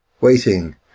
waiting